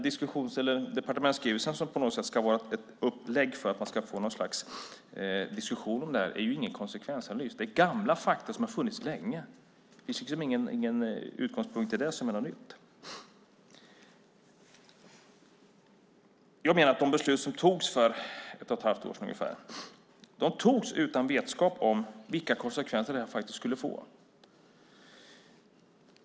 Departementsskrivelsen, som på något sätt ska vara ett upplägg för att man ska få någon slags diskussion om det här, är ingen konsekvensanalys. Det är gamla fakta som har funnits länge. Det finns liksom ingen utgångspunkt i den som är ny. Jag menar att de beslut som togs för ungefär ett och ett halvt år sedan fattades utan vetskap om vilka konsekvenser det här faktiskt skulle få.